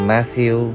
Matthew